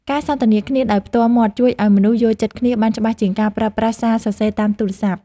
ការសន្ទនាគ្នាដោយផ្ទាល់មាត់ជួយឱ្យមនុស្សយល់ចិត្តគ្នាបានច្បាស់ជាងការប្រើប្រាស់សារសរសេរតាមទូរស័ព្ទ។